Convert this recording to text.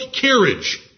carriage